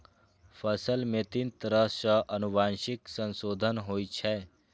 फसल मे तीन तरह सं आनुवंशिक संशोधन होइ छै